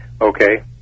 Okay